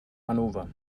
hannover